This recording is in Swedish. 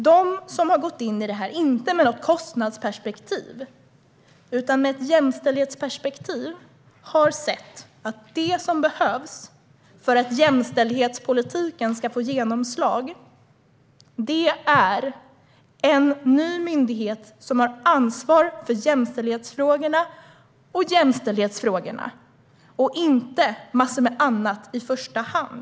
De som har gått in i detta, inte med något kostnadsperspektiv utan med ett jämställdhetsperspektiv, har sett att det som behövs för att jämställdhetspolitiken ska få genomslag är en ny myndighet som har ansvar för jämställdhetsfrågorna och inte för massor med annat i första hand.